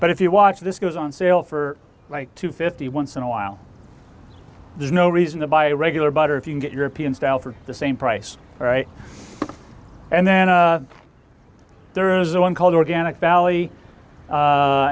but if you watch this goes on sale for like two fifty once in a while there's no reason to buy a regular butter if you can get european style for the same price right and then there is a one called organic valley